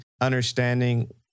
understanding